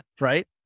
right